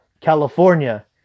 California